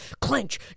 clench